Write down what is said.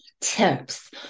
tips